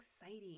exciting